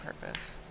purpose